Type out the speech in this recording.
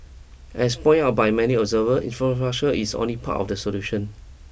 as point out by many observers is only part of the solution